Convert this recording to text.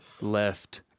left